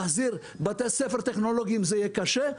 להחזיר בתי ספר טכנולוגיים זה יהיה קשה,